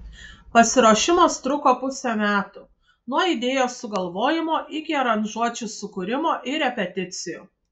pasiruošimas truko pusę metų nuo idėjos sugalvojimo iki aranžuočių sukūrimo ir repeticijų